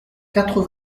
quatre